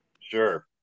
Sure